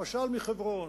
למשל מחברון,